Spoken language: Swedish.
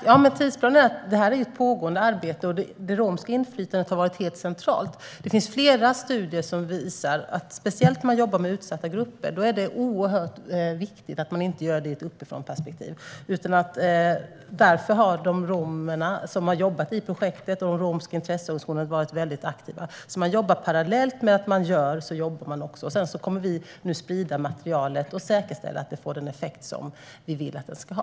Herr talman! Detta är ett pågående arbete, och det romska inflytandet har varit helt centralt. Det finns flera studier som visar att speciellt om man jobbar med utsatta grupper är det oerhört viktigt att man inte gör det med ett uppifrånperspektiv. Därför har de romer som har jobbat i projektet och de romska intresseorganisationerna varit mycket aktiva. Man jobbar alltså parallellt. Vi kommer att sprida materialet och säkerställa att det får den effekt som vi vill att det ska få.